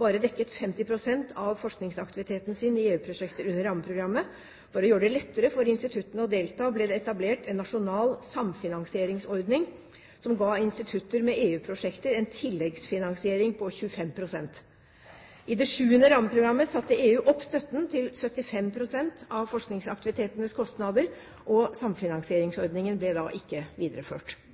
bare dekket 50 pst. av forskningsaktiviteten sin i EU-prosjekter under rammeprogrammet. For å gjøre det lettere for instituttene å delta ble det etablert en nasjonal samfinansieringsordning som ga institutter med EU-prosjekter en tilleggsfinansiering på 25 pst. I det 7. rammeprogrammet satte EU opp støtten til 75 pst. av forskningsaktivitetenes kostnader, og samfinansieringsordningen ble da ikke videreført.